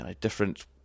different